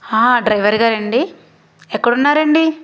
driver గారండీ ఎక్కడున్నారండి